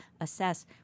assess